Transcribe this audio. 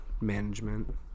management